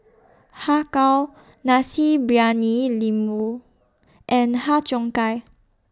Har Kow Nasi Briyani Lembu and Har Cheong Gai